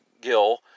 Gill